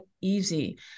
easy